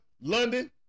London